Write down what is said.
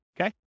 Okay